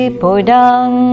bodang